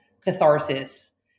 catharsis